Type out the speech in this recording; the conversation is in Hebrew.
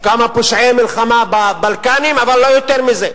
כמה פושעי מלחמה בבלקנים, אבל יותר מזה,